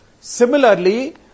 Similarly